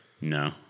No